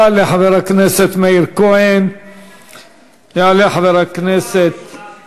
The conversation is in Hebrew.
תודה לחבר הכנסת עבד אל חכים חאג' יחיא.